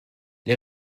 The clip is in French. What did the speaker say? les